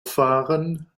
fahren